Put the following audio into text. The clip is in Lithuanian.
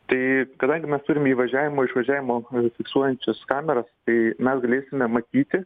tai kadangi mes turim įvažiavimo išvažiavimo fiksuojančias kameras tai mes galėsime matyti